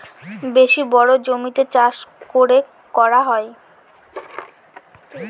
বেশি বড়ো জমিতে চাষ করে করা হয়